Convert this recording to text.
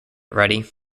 ready